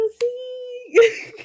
see